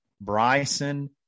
Bryson